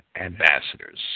ambassadors